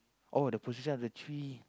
oh the position of the tree